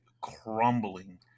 crumbling